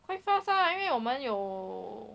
quite fast lah 因为我们有